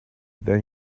then